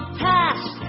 past